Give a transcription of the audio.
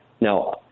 Now